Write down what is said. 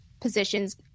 positions